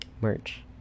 merch